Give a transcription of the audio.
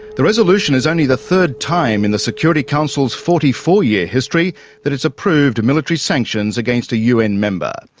the resolution is only the third time in the security council's forty four year history that it's approved military sanctions against a un member.